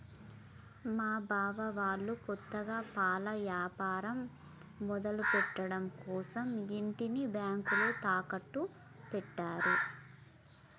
మా బావ వాళ్ళు కొత్తగా పాల యాపారం మొదలుపెట్టడం కోసరం ఇంటిని బ్యేంకులో తాకట్టు పెట్టారు